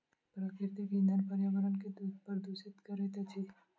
प्राकृतिक इंधन पर्यावरण के प्रदुषित करैत अछि